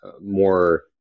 more